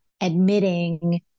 admitting